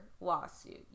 lawsuit